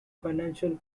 financial